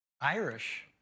Irish